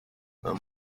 them